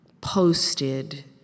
posted